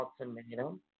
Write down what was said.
ultimatum